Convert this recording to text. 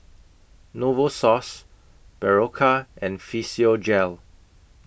Novosource Berocca and Physiogel